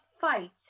fight